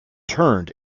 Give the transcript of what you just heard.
turned